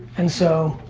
and so,